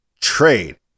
trade